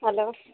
hello